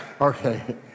Okay